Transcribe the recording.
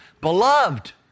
Beloved